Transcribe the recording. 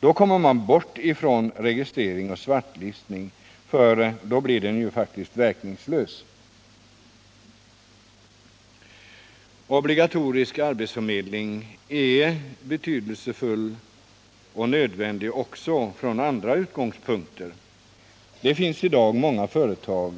På så sätt kommer man bort ifrån registrering och svartlistning, för den blir ju då verkningslös. Obligatorisk arbetsförmedling är betydelsefull och nödvändig också från andra utgångspunkter. Det finns i dag många företag